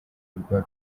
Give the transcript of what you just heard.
birwa